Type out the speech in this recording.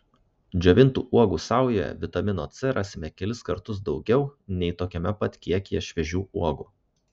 džiovintų uogų saujoje vitamino c rasime kelis kartus daugiau nei tokiame pat kiekyje šviežių uogų